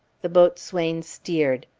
the boatswain steered.